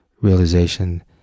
realization